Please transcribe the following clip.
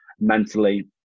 mentally